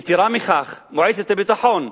יתירה מכך, מועצת הביטחון,